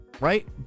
right